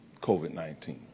COVID-19